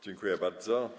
Dziękuję bardzo.